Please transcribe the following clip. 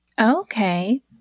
Okay